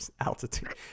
altitude